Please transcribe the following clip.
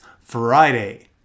Friday